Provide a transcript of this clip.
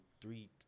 three